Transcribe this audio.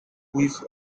which